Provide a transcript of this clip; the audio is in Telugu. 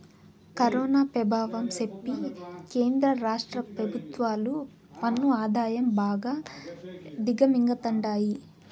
కరోనా పెభావం సెప్పి కేంద్ర రాష్ట్ర పెభుత్వాలు పన్ను ఆదాయం బాగా దిగమింగతండాయి